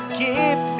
keep